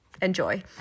enjoy